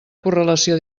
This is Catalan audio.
correlació